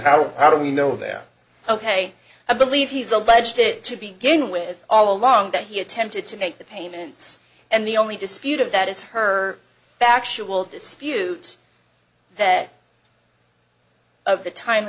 how how do you know they're ok i believe he's alleged it to begin with all along that he attempted to make the payments and the only dispute of that is her factual dispute that of the time